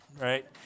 right